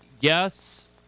Yes